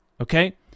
okay